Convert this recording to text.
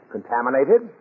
Contaminated